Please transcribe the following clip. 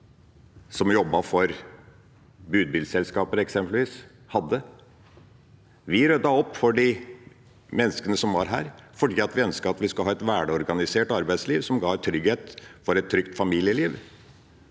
som jobbet for eksempelvis budbilselskaper, hadde. Vi ryddet opp for de menneskene som var der, fordi vi ønsket at vi skal ha et velorganisert arbeidsliv som gir trygghet for et trygt familieliv.